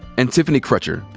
and tiffany crutcher,